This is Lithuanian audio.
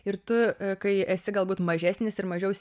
ir tu kai esi galbūt mažesnis ir mažiau